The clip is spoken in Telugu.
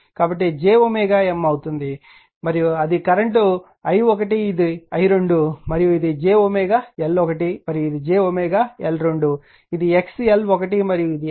కాబట్టి ఇది j M అవుతుంది మరియు ఇది కరెంట్ i1 ఇది i2 మరియు ఇది j L1 మరియు ఇది j L2 ఇది x L1 మరియు ఇది x L2